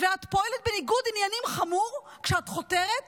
ואת פועלת בניגוד עניינים חמור כשאת חותרת